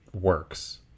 works